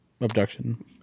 Abduction